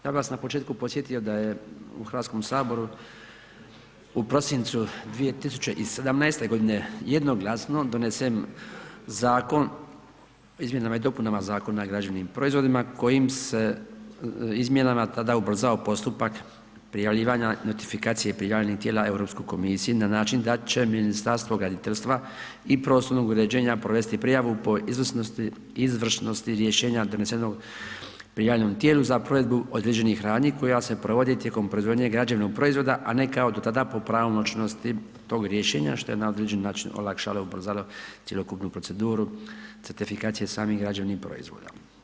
Ja bih vas na početku podsjetio da je u Hrvatskom saboru u prosincu 2017. jednoglasno donesen Zakon o izmjenama i dopunama Zakona o građevnim proizvodima kojim se izmjenama tada ubrzao postupak prijavljivanja identifikacije prijavljenih tijela Europskoj komisiji na način da će Ministarstvo graditeljstva i prostornog uređenja provesti prijavu po izvršnosti rješenja donesenog prijavljenom tijelu za provedbu određenih radnji koja se provodi tijekom proizvodnje građevnog proizvoda, a ne kao do tada po pravomoćnosti tog rješenja, što je na određen način olakšalo, ubrzalo cjelokupnu proceduru certifikacije samih građevnih proizvoda.